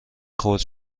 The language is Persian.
خرد